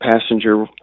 passenger